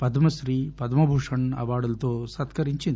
పద్మశ్రీ పద్మ భూషణ్ అవార్డులతో సత్కరించింది